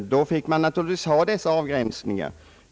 Då fick man naturligtvis lov att ha dessa avgränsningar.